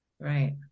Right